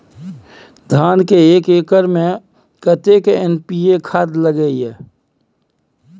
धान के एक एकर में कतेक एन.पी.ए खाद लगे इ?